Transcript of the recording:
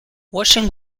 washing